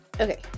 Okay